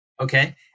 Okay